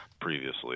previously